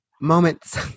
moments